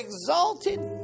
exalted